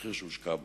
במחיר שהושקע בו.